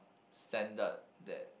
standard that